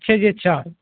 ਅੱਛਾ ਜੀ ਅੱਛਾ